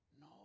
no